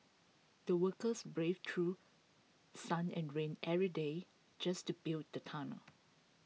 the workers braved through sun and rain every day just to build the tunnel